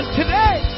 today